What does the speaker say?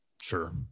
Sure